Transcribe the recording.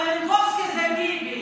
אבל מלינקובסקי זה ביבי.